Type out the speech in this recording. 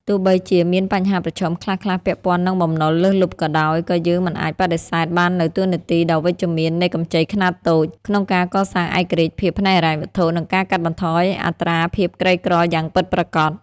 ទោះបីជាមានបញ្ហាប្រឈមខ្លះៗពាក់ព័ន្ធនឹងបំណុលលើសលប់ក៏ដោយ ក៏យើងមិនអាចបដិសេធបាននូវតួនាទីដ៏វិជ្ជមាននៃកម្ចីខ្នាតតូច ក្នុងការកសាងឯករាជ្យភាពផ្នែកហិរញ្ញវត្ថុ និងការកាត់បន្ថយអត្រាភាពក្រីក្រយ៉ាងពិតប្រាកដ។